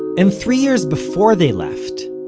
and three years before they left,